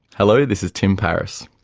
hello, this is tim paris.